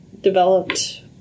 developed